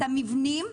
את המבנים,